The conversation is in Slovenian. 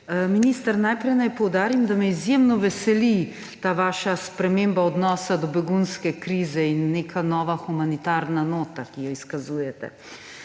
Minister, najprej naj poudarim, da me izjemno veseli ta vaša sprememba odnosa do begunske krize in neka nova humanitarna nota, ki jo izkazujete.